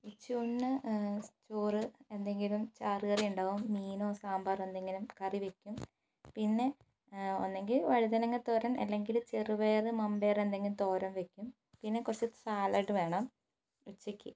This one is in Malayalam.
ഉച്ചയൂണിന് ചോറ് എന്തെങ്കിലും ചാറ് കറിയുണ്ടാവും മീനോ സാമ്പാറോ എന്തെങ്കിലും കറി വയ്ക്കും പിന്നെ ഒന്നെങ്കിൽ വഴുതനങ്ങത്തോരൻ അല്ലെങ്കിൽ ചെറുപയർ മമ്പയർ എന്തെങ്കിലും തോരൻ വയ്ക്കും പിന്നെ കുറച്ച് സാലഡ് വേണം ഉച്ചയ്ക്ക്